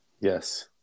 Yes